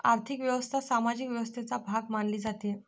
आर्थिक व्यवस्था सामाजिक व्यवस्थेचा भाग मानली जाते